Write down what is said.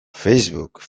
facebook